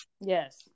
Yes